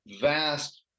vast